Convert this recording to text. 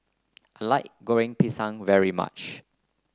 I like Goreng Pisang very much